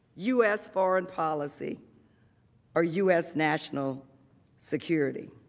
u s. foreign policy or u s. national security.